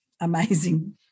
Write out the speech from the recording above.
amazing